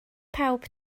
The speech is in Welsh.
pawb